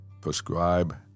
prescribe